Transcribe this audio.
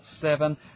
seven